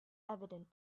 evident